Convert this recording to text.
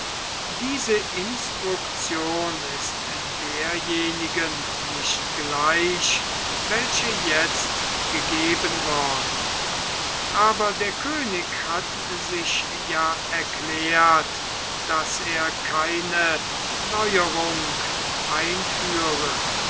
diese instruktion ist derjenigen nicht gleich welche jetzt gegeben worden aber der könig hat sich ja erklärt daß er keine neuerung einführe